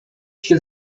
się